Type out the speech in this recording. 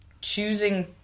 choosing